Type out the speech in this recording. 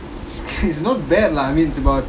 it's not bad lah I mean it's about